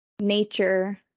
nature